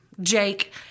Jake